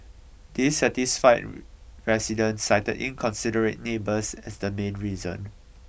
dissatisfied residents cited inconsiderate neighbours as the main reason